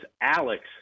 Alex